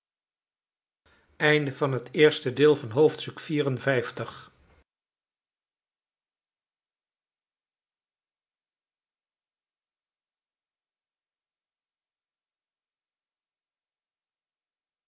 oosten van het westen van het